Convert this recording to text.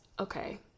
okay